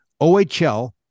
ohl